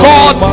God